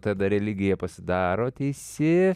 tada religija pasidaro teisi